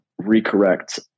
recorrect